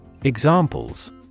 Examples